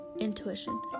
Intuition